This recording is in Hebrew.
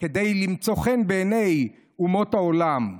כדי למצוא חן בעיני אומות העולם?